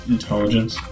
Intelligence